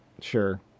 Sure